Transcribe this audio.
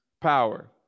power